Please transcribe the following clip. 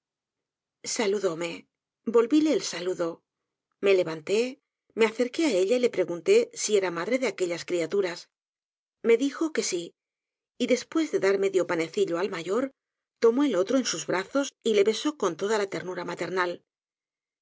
saludóme volvíle el saludo me levanté me acerqué á ella y le pregunté si era madre de aquellas criaturas me dijo que s í y después de dar medio panecillo al mayor tomó al otro en sus brazos y le besó con toda la ternura maternal